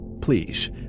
please